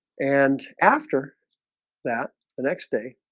and after that the next day